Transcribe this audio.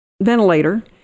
ventilator